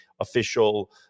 official